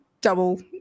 double